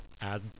add